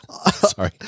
Sorry